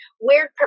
weird